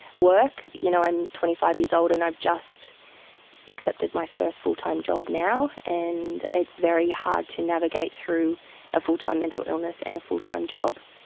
work, you know, i'm twenty five years old and i've just accepted my first full-time job now, and it's very hard to navigate through a full-time mental illness and a full-time job.